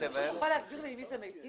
יכול להסביר לי עם מי זה מיטיב?